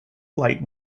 light